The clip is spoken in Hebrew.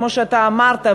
כמו שאתה אמרת,